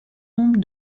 nombre